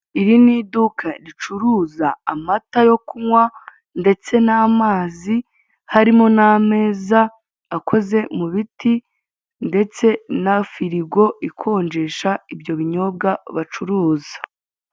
Iri ni iduka ricuruza amata yo kunywa ndetse n'amazi harimo n'ameza akoze mu biti ndetse na firigo ikonjesha ibyo binyobwa bacuruza.